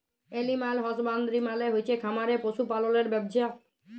animal husbandry মালে হচ্ছে খামারে পশু পাললের ব্যবছা